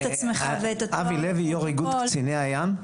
אבי לוי, יו"ר איגוד קציני הים.